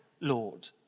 Lord